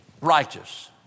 righteous